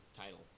title